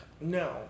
No